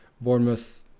Bournemouth